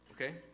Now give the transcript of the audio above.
Okay